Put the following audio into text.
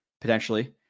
potentially